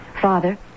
Father